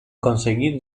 conseguir